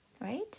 right